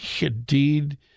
indeed